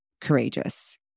courageous